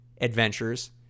adventures